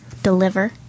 deliver